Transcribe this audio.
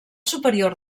superior